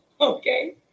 okay